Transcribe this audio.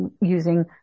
using